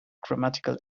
grammatical